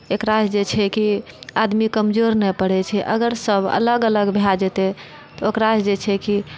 एकरासँ जे छै कि आदमी कमजोर नहि पड़ैत छै अगर सभ अलग अलग भए जेतै तऽ ओकरा से जे छै कि